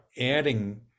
adding